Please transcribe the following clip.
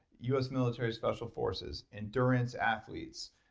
us military special forces, endurance athletes,